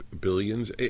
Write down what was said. billions